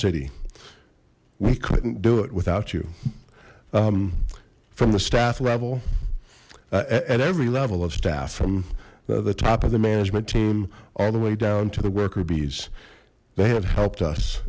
city we couldn't do it without you from the staff level at every level of staff from the top of the management team all the way down to the worker bees they had helped us